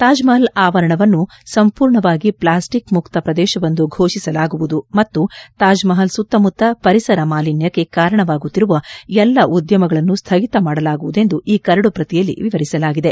ತಾಜ್ಮಪಲ್ ಆವರಣವನ್ನು ಸಂಪೂರ್ಣವಾಗಿ ಪ್ಲಾಸ್ಟಿಕ್ ಮುಕ್ತ ಪ್ರದೇಶವೆಂದು ಘೋಷಿಸಲಾಗುವುದು ಮತ್ತು ತಾಜ್ಮಪಲ್ ಸುತ್ತಮುತ್ತ ಪರಿಸರ ಮಾಲಿನ್ಯಕ್ಕೆ ಕಾರಣವಾಗುತ್ತಿರುವ ಎಲ್ಲಾ ಉದ್ಯಮಗಳನ್ನು ಸ್ಥಗಿತಮಾಡಲಾಗುವುದೆಂದು ಈ ಕರಡು ಪ್ರತಿಯಲ್ಲಿ ವಿವರಿಸಲಾಗಿದೆ